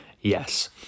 yes